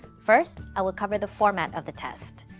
first, i will cover the format of the test.